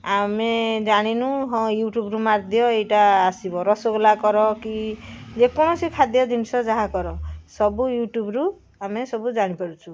ଆମେ ଜାଣିନୁ ହଁ ୟୁଟ୍ୟୁବରୁ ମାରିଦିଅ ଏହିଟା ଆସିବ ରସଗୋଲା କର କି ଯେକୌଣସି ଖାଦ୍ୟ ଜିନିଷ ଯାହା କର ସବୁ ୟୁଟ୍ୟୁବରୁ ଆମେ ସବୁ ଜାଣିପାରୁଛୁ